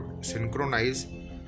synchronize